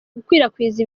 gukwirakwiza